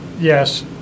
yes